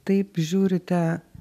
taip žiūrite